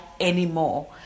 anymore